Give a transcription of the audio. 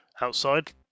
outside